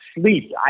sleep